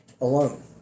alone